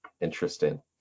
Interesting